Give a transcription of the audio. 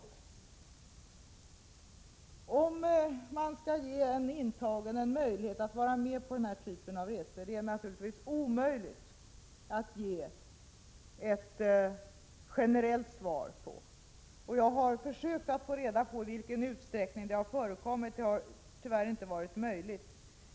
På frågan om man skall ge de intagna möjlighet att vara med på denna typ av resor går det naturligtvis inte att ge ett generellt svar. Jag har försökt att få reda på i vilken utsträckning detta har förekommit. Det har tyvärr inte varit möjligt.